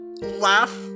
laugh